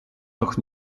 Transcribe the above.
nach